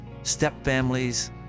stepfamilies